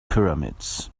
pyramids